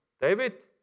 David